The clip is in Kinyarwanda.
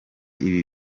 ibi